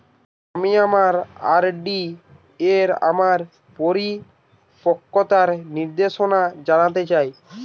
আমি আমার আর.ডি এর আমার পরিপক্কতার নির্দেশনা জানতে চাই